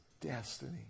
destiny